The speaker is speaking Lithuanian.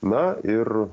na ir